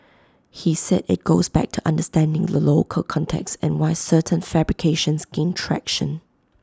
he said IT goes back to understanding the local context and why certain fabrications gain traction